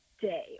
day